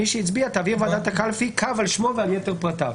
תעביר ועדת הקלפי קו על שמו ועל יתר פרטיו.